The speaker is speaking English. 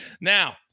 now